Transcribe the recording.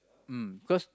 mm because